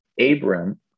Abram